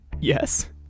Yes